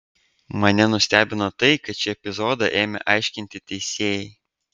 mane nustebino tai kad šį epizodą ėmė aiškinti teisėjai